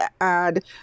add